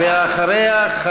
ואחריה,